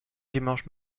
dimanche